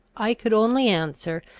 i could only answer,